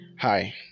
Hi